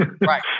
Right